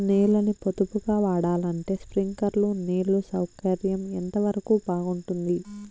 నీళ్ళ ని పొదుపుగా వాడాలంటే స్ప్రింక్లర్లు నీళ్లు సౌకర్యం ఎంతవరకు బాగుంటుంది?